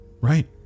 Right